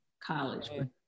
college